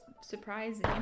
surprising